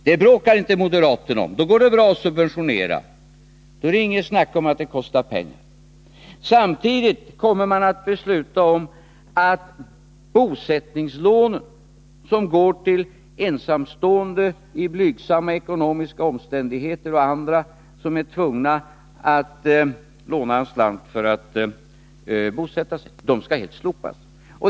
Det bråkar inte moderaterna om — då går det bra att subventionera, då är det inget snack om att det kostar pengar. Samtidigt kommer man att besluta om att bosättningslånen, som går till ensamstående i blygsamma ekonomiska omständigheter och andra som är tvungna att låna en slant för att bosätta sig, skall helt slopas.